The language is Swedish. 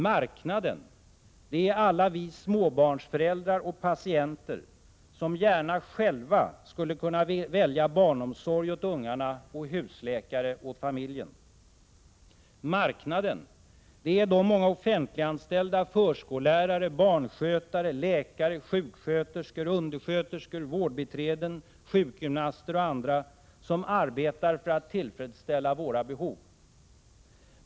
Marknaden är alla vi småbarnsföräldrar och patienter som gärna själva skulle vilja välja barnomsorg åt ungarna och husläkare åt familjen. Markna den är de många offentliganställda förskollärare, barnskötare, läkare, sjuksköterskor, undersköterskor, vårdbiträden, sjukgymnaster och andra som arbetar för att tillfredsställa våra behov.